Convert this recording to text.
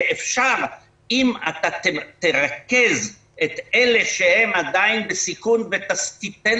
שאם תרכז את אלה שהם עדיין בסיכון ותיתן